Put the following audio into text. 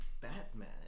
Batman